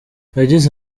yagize